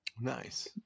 Nice